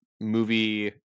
movie